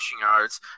yards